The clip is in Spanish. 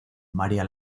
maría